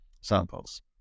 samples